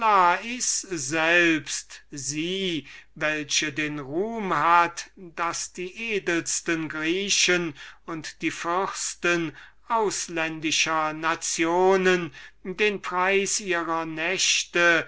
selbst welche den ruhm hat daß die edelsten der griechen und die fürsten ausländischer nationen den preis ihrer nächte